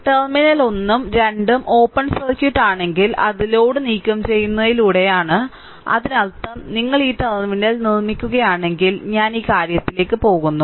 terminal 1 ഉം 2 ഉം open circuit ആണെങ്കിൽ അത് ലോഡ് നീക്കംചെയ്യുന്നതിലൂടെയാണ് അതിനർത്ഥം നിങ്ങൾ ഈ ടെർമിനൽ നിർമ്മിക്കുകയാണെങ്കിൽ ഞാൻ ഈ കാര്യത്തിലേക്ക് പോകുന്നു